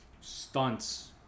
stunts